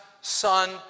son